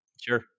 sure